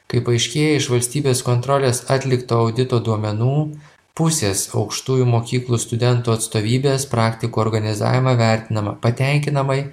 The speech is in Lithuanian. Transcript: kaip aiškėja iš valstybės kontrolės atlikto audito duomenų pusės aukštųjų mokyklų studentų atstovybės praktikų organizavimą vertinama patenkinamai